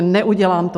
Neudělám to.